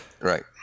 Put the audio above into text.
Right